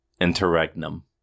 Interregnum